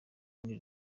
muri